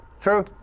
True